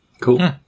Cool